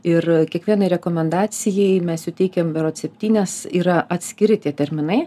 ir kiekvienai rekomendacijai mes suteikėm berods septynias yra atskiri tie terminai